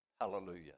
Hallelujah